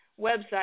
website